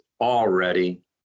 already